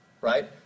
Right